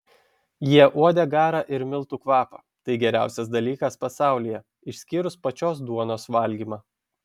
jie uodė garą ir miltų kvapą tai geriausias dalykas pasaulyje išskyrus pačios duonos valgymą